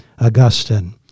Augustine